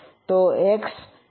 તો X શું થશે